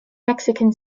mexican